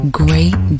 great